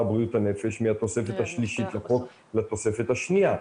בריאות הנפש מהתוספת השלישית לחוק לתוספת השניה.